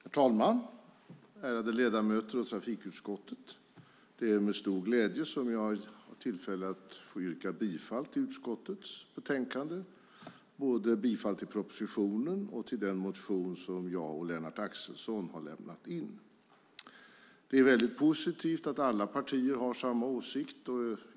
Herr talman, ärade ledamöter av trafikutskottet! Det är en stor glädje att ha tillfälle att yrka bifall till utskottets förslag i betänkandet och därmed till propositionen och den motion som jag och Lennart Axelsson har lämnat in. Det är mycket positivt att alla partier har samma åsikt.